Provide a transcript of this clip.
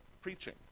preaching